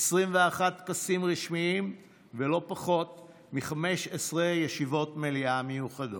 21 טקסים רשמיים ולא פחות מ-15 ישיבות מליאה מיוחדות.